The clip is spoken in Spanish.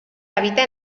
habita